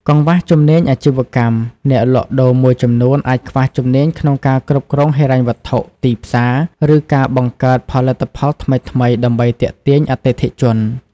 កង្វះជំនាញអាជីវកម្ម អ្នកលក់ដូរមួយចំនួនអាចខ្វះជំនាញក្នុងការគ្រប់គ្រងហិរញ្ញវត្ថុ ទីផ្សារ ឬការបង្កើតផលិតផលថ្មីៗដើម្បីទាក់ទាញអតិថិជន ។